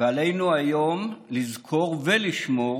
ועלינו היום לזכור ולשמור